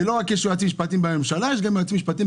לא רק בממשלה יש יועצים משפטיים,